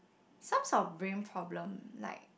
some sort of brain problem like